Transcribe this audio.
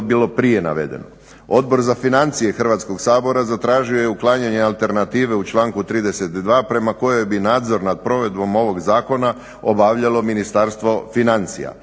Hrvatskog sabora